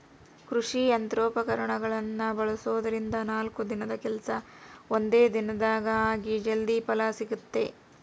ಕೃಷಿ ಯಂತ್ರೋಪಕರಣಗಳನ್ನ ಬಳಸೋದ್ರಿಂದ ನಾಲ್ಕು ದಿನದ ಕೆಲ್ಸ ಒಂದೇ ದಿನದಾಗ ಆಗಿ ಜಲ್ದಿ ಫಲ ಸಿಗುತ್ತೆ